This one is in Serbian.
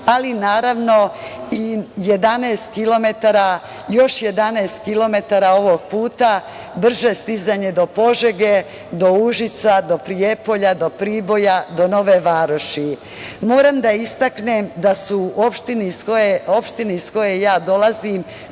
ali naravno, još 11 kilometara ovog puta brže stizanje do Požege, do Užica, do Prijepolja, do Priboja, do Nove Varoši. Moram da istaknem da opština iz koje ja dolazim,